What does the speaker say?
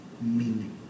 meaning